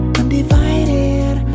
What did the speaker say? undivided